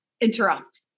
interrupt